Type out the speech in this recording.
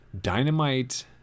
Dynamite